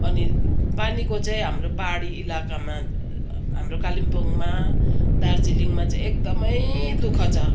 अनि पानीको चाहिँ हाम्रो पाहाडी इलाकामा हाम्रो कालिम्पोङमा दार्जिलिङमा चाहिँ एकदमै दुःख छ